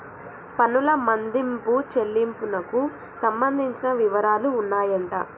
పన్నుల మదింపు చెల్లింపునకు సంబంధించిన వివరాలు ఉన్నాయంట